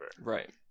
right